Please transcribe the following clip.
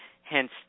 hence